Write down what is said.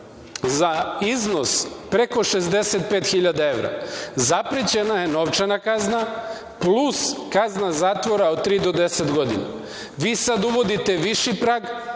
za iznos preko 65.000 evra, zaprećena je novčana kazna, plus kazna zatvora od tri do 10 godina. Vi sad uvodite viši prag